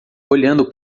olhando